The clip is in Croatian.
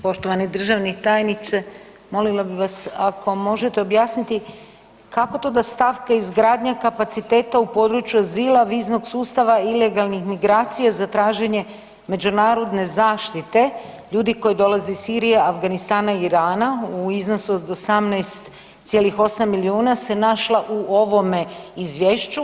Poštovani državni tajniče, molila bih vas ako možete objasniti kako da stavke izgradnja kapaciteta u području azila, viznog sustava, ilegalnih migracija za traženje međunarodne zaštite ljudi koji dolaze iz Sirije, Afganistana i Irana u iznosu od 18,8 milijuna se našla u ovome izvješću.